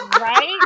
Right